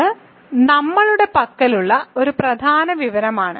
ഇത് നമ്മളുടെ പക്കലുള്ള ഒരു പ്രധാന വിവരമാണ്